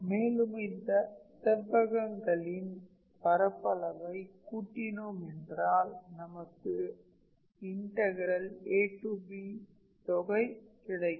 மேலும் இந்த செவ்வகங்களின் பரப்பளவை கூட்டினோம் என்றால் நமக்கு ab தொகை கிடைக்கும்